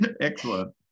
Excellent